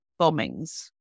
bombings